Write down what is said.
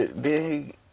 big